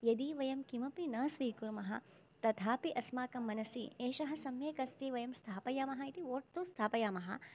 यदि वयं किमपि न स्वीकुर्मः तथापि अस्माकं मनसि एषः सम्यक् अस्ति वयं स्थापयामः इति वोट् तु स्थापयामः